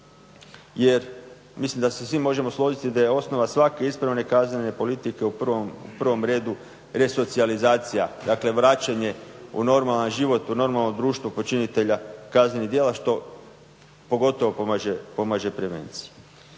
jer mislim da se svi možemo složiti da je osnova svake ispravne kaznene politike u prvom redu resocijalizacija dakle vraćanje u normalan život u normalno društvo počinitelja kaznenih djela što pogotovo pomaže ….